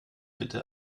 bitte